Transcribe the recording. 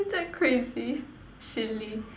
is that crazy silly